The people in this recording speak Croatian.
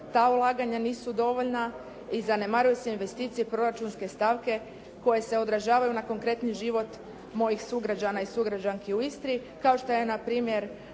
ta ulaganja nisu dovoljna i zanemaruju se investicije proračunske stavke koje se odražavaju na konkretni život mojih sugrađana i sugrađanki u Istri, kao što je na primjer